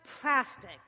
plastic